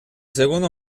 segundo